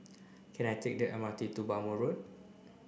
can I take the M R T to Bhamo Road